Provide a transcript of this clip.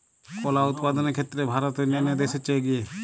কলা উৎপাদনের ক্ষেত্রে ভারত অন্যান্য দেশের চেয়ে এগিয়ে